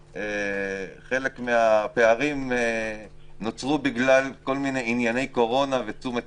שחלק מהפערים נוצרו בגלל כל מיני ענייני קורונה ותשומת